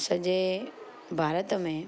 सॼे भारत में